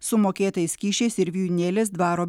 su mokėtais kyšiais ir vijūnėlės dvaro